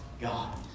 God